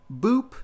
Boop